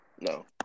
No